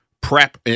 prep